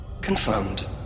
Confirmed